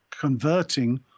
Converting